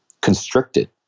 constricted